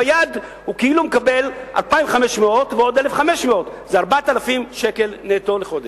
ביד הוא כאילו מקבל 2,500 ועוד 1,500. זה 4,000 שקל נטו לחודש.